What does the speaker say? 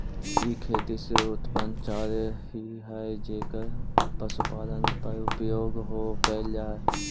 ई खेती से उत्पन्न चारे ही हई जेकर पशुपालन में उपयोग कैल जा हई